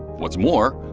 what's more,